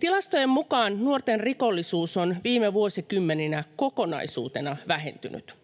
Tilastojen mukaan nuorten rikollisuus on viime vuosikymmeninä kokonaisuutena vähentynyt.